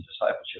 discipleship